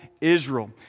Israel